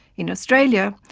in australia,